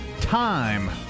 Time